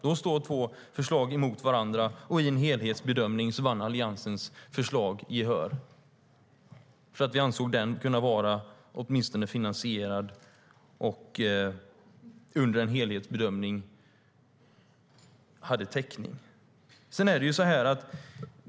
Då står två förslag mot varandra, och vid en helhetsbedömning vann Alliansens förslag gehör. Vi ansåg den åtminstone kunna vara finansierad, och den hade vid en helhetsbedömning täckning.